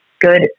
good